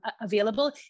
available